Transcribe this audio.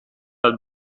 uit